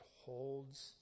holds